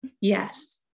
yes